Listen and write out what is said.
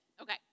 Okay